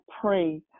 pray